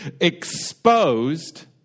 exposed